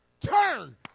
turn